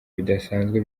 bidasanzwe